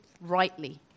rightly